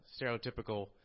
stereotypical